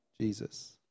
Jesus